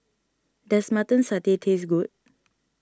does Mutton Satay taste good